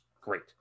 great